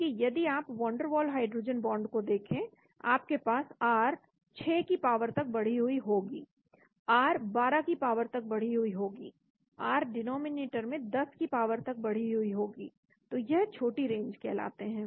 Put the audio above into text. जबकि यदि आप वंडरवॉल हाइड्रोजन बांड को देखें आपके पास r 6 की पावर तक बढ़ी हुई होगी r 12 की पावर तक बढ़ी हुई होगी r डिनॉमिनेटर में 10 की पावर तक बढ़ी हुई होगी तो यह छोटी रेंज कहलाते हैं